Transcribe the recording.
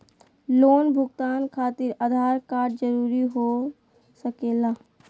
Loan भुगतान खातिर Aadhaar card जरूरी हो सके ला?